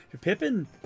Pippin